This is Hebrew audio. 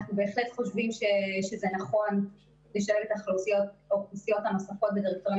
אנחנו בהחלט חושבים שזה נכון לשלב את האוכלוסיות הנוספות בדירקטורים